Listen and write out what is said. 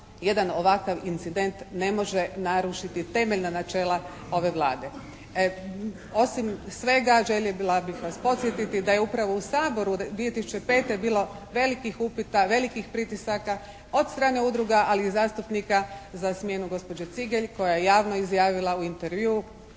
jedan ovakav incident ne može narušiti temeljna načela ove Vlade. Osim svega željela bih vas podsjetiti da je upravo u Saboru 2005. bilo velikih upita, velikih pritisaka od strane udruga ali i zastupnika za smjenu gospođe Cigelj koja je javno izjavila u intervjuu